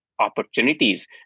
Opportunities